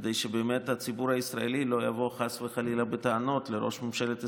כדי שבאמת הציבור הישראלי לא יבוא חס וחלילה בטענות לראש ממשלת ישראל,